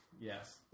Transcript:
Yes